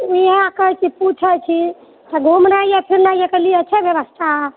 इएह कहैत छी पूछैत छी घुमनाइ फिरनाइके लिए छै व्यवस्था